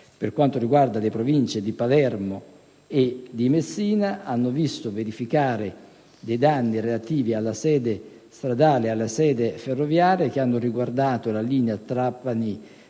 per quanto riguarda le Province di Palermo e di Messina hanno visto verificare dei danni relativi alla sede stradale ed alla sede ferroviaria che hanno riguardato la linea Palermo-Trapani